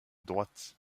droite